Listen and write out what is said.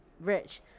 rich